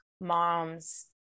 moms